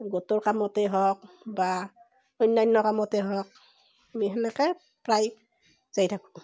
গোটৰ কামতে হওক বা অন্যান্য কামতে হওক আমি তেনেকে প্ৰায় যাই থাকোঁ